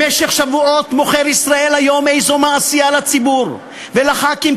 במשך שבועות "ישראל היום" מוכר איזו מעשייה לציבור ולחברי הכנסת,